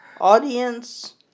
audience